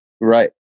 right